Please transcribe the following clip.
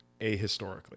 ahistorically